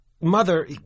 Mother